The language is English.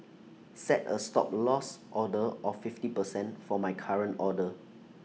set A Stop Loss order of fifty percent for my current order